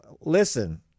listen